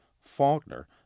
Faulkner